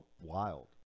wild